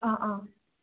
অঁ অঁ